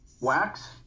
wax